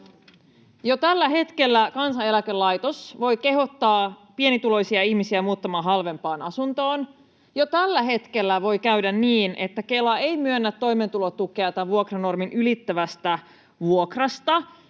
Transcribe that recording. Jo tällä hetkellä Kansaneläkelaitos voi kehottaa pienituloisia ihmisiä muuttamaan halvempaan asuntoon. Jo tällä hetkellä voi käydä niin, että Kela ei myönnä toimeentulotukea tämän vuokranormin ylittävästä vuokrasta,